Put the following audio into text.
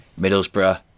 Middlesbrough